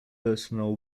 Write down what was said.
personal